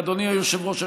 אדוני היושב-ראש,